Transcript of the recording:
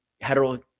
hetero